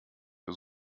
wir